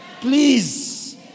Please